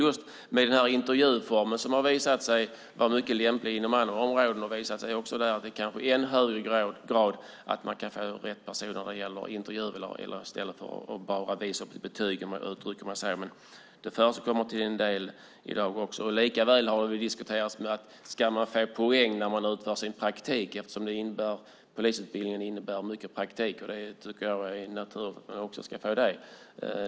Just intervjuformen har visat sig vara mycket lämplig inom andra områden. Det kanske gäller i än högre grad att man kan få rätt personer med intervjuer i stället för att de bara visar upp sitt betyg. Det förekommer till en del också i dag. Det har också diskuterats om eleverna ska få poäng när de fullgör sin praktik. Polisutbildningen innebär mycket praktik. Det är naturligt att de också ska få det.